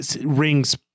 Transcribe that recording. rings